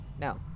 no